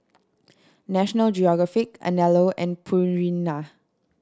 National Geographic Anello and Purina